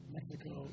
Mexico